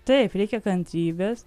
taip reikia kantrybės